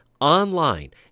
online